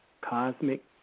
cosmic